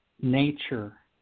nature